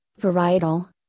varietal